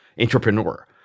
entrepreneur